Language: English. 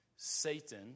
Satan